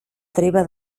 treva